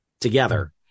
together